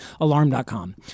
Alarm.com